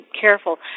careful